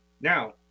now